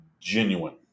Genuine